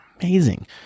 amazing